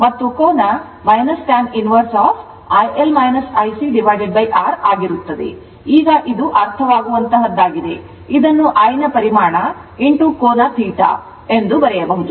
ಇದು ಈಗ ಅರ್ಥವಾಗುವಂತಹದ್ದಾಗಿದೆ ಇದನ್ನು I ನ ಪರಿಮಾಣ ಕೋನ θ ಮತ್ತು ಎಂದು ಬರೆಯಬಹುದು